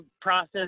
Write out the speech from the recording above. process